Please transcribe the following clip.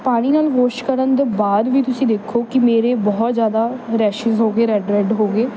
ਪਾਣੀ ਨਾਲ ਵੋਸ਼ ਕਰਨ ਤੋਂ ਬਾਅਦ ਵੀ ਤੁਸੀਂ ਦੇਖੋ ਕਿ ਮੇਰੇ ਬਹੁਤ ਜ਼ਿਆਦਾ ਰੈਸ਼ਸ ਹੋ ਗਏ ਰੈਡ ਰੈਡ ਹੋ ਗਏ